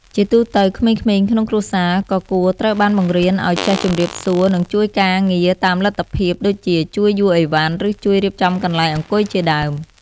ជាទូទៅក្មេងៗក្នុងគ្រួសារក៏គួរត្រូវបានបង្រៀនឲ្យចេះជម្រាបសួរ និងជួយការងារតាមលទ្ធភាព ដូចជាជួយយួរឥវ៉ាន់ ឬជួយរៀបចំកន្លែងអង្គុយជាដើម។